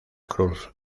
cruz